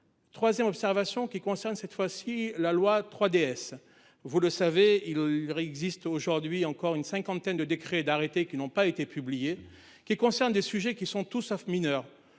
3ème observation qui concerne cette fois-ci la loi 3DS. Vous le savez il rit existe aujourd'hui encore une cinquantaine de décrets et d'arrêtés qui n'ont pas été publiés qui concernent des sujets qui sont tout sauf mineur.